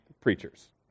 preachers